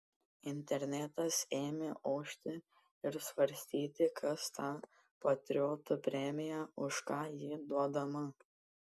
internetas ėmė ošti ir svarstyti kas ta patriotų premija už ką ji duodama